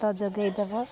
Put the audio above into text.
ତ ଯୋଗେଇଦବ